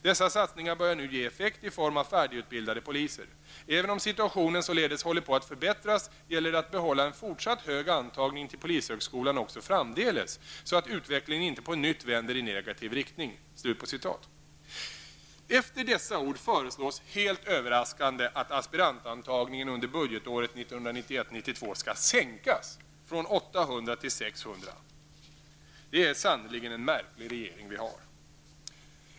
Dessa satsningar börjar nu ge effekt i form av färdigutbildade poliser. Även om situationen således håller på att förbättras, gäller det att behålla en fortsatt hög antagning till polishögskolan också framdeles, så att utvecklingen inte på nytt vänder i negativ riktning.'' Efter dessa ord föreslås helt överraskande att aspirantantagningen under budgetåret 1991/92 skall minskas från 800 till 600. Det är sannerligen en märklig regering vi har.